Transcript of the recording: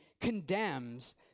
condemns